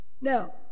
Now